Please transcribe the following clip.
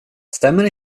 stämmer